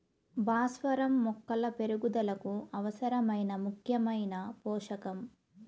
భాస్వరం మొక్కల పెరుగుదలకు అవసరమైన ముఖ్యమైన పోషకం